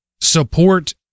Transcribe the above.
support